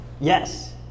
Yes